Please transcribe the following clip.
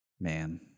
man